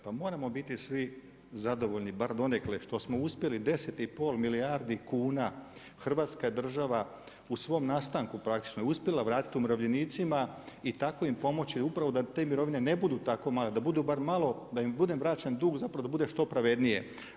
Pa moramo biti svi zadovoljni bar donekle što smo uspjeli 10,5 milijardi kuna Hrvatska država u svom nastanku praktično uspjela vratiti umirovljenicima i tako im pomoći upravo da te mirovine ne budu tako male, da im bude vraćen dug zapravo da bude što pravednije.